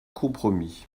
compromis